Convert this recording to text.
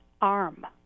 arm